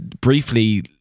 briefly